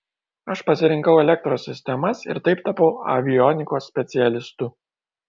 aš pasirinkau elektros sistemas ir taip tapau avionikos specialistu